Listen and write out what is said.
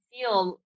feel